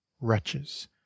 wretches